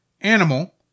Animal